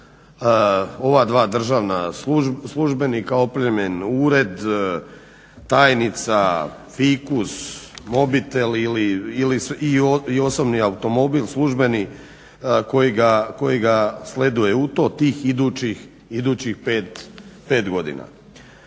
ova dva državna službenika, opremljen ured, tajnica, fikus, mobitel i osobni automobil službeni koji ga sleduje u to idućih 5 godina.